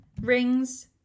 rings